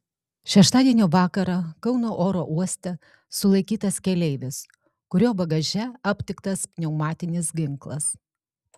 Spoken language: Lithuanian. šeštadienio vakarą kauno oro uoste sulaikytas keleivis kurio bagaže aptiktas pneumatinis ginklas